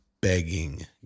begging